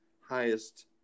highest